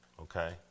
Okay